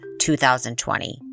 2020